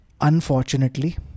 Unfortunately